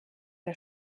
der